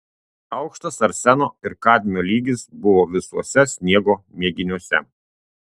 aukštas arseno ir kadmio lygis buvo visuose sniego mėginiuose